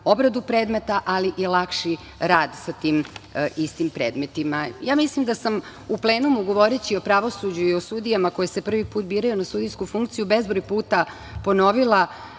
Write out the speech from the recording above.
obradu predmeta, ali i lakši rad sa tim istim predmetima. Mislim da sam u plenumu govoreći o pravosuđu i o sudijama koje se prvi put biraju na sudijsku funkciju bezbroj puta ponovila